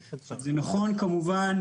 זה נכון כמובן,